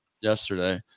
yesterday